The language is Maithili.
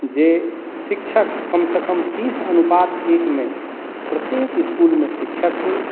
जे शिक्षक कम से कम तीस अनुपात एक मे प्रत्येक इसकुलमे शिक्षक होइ